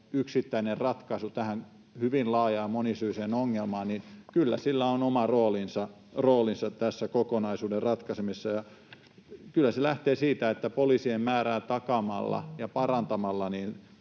yksittäinen ratkaisu tähän hyvin laajaan ja monisyiseen ongelmaan, niin kyllä sillä on oma roolinsa tämän kokonaisuuden ratkaisemisessa. Kyllä se lähtee siitä, että poliisien määrän takaamalla ja sitä parantamalla